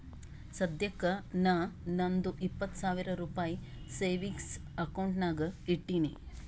ಸದ್ಯಕ್ಕ ನಾ ನಂದು ಇಪ್ಪತ್ ಸಾವಿರ ರುಪಾಯಿ ಸೇವಿಂಗ್ಸ್ ಅಕೌಂಟ್ ನಾಗ್ ಇಟ್ಟೀನಿ